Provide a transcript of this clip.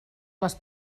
les